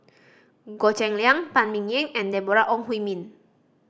Goh Cheng Liang Phan Ming Yen and Deborah Ong Hui Min